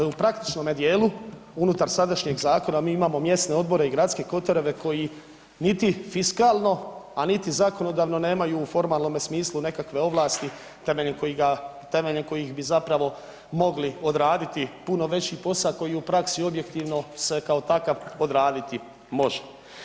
Dakle u praktičnome dijelu unutar sadašnjeg zakona mi imamo mjesne odbore i gradske kotareve koji niti fiskalno, a niti zakonodavno nemaju u formalnome smislu nekakve ovlasti temeljem kojih bi zapravo mogli odraditi puno veći posao koji u praksi objektivno se kao takav odraditi može.